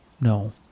No